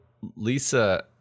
Lisa